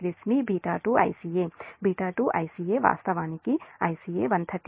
640 మీ β2 Ica β2 Ica వాస్తవానికి Ica 138